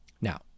Now